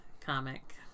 comic